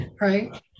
Right